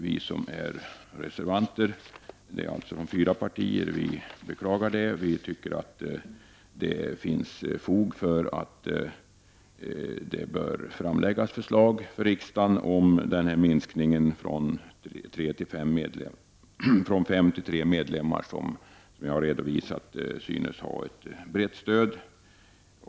Vi som är reservanter, alltså från fyra olika partier, beklagar detta. Det finns fog för att framlägga förslag till riksdagen om en minskning från fem till tre medlemmar. Denna uppfattning synes ha brett stöd.